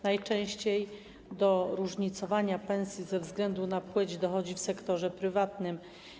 Najczęściej do różnicowania pensji ze względu na płeć dochodzi w sektorze prywatnym.